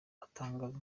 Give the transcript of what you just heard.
atangaza